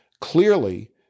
clearly